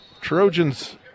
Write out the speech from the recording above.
Trojans